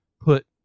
put